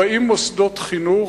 40 מוסדות חינוך,